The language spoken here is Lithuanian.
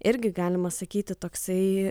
irgi galima sakyti toksai